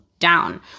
down